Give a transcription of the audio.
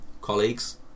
colleagues